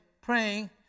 praying